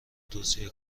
توصیه